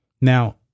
Now